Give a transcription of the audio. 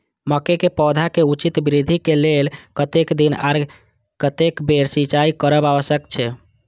मके के पौधा के उचित वृद्धि के लेल कतेक दिन आर कतेक बेर सिंचाई करब आवश्यक छे?